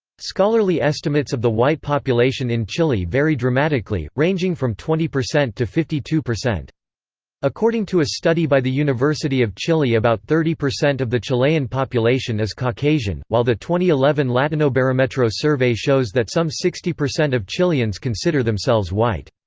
scholarly estimates of the white population in chile vary dramatically, ranging from twenty percent to fifty two. according to a study by the university of chile about thirty percent of the chilean population is caucasian, while the eleven latinobarometro survey shows that some sixty percent of chileans consider themselves white.